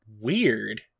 Weird